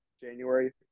January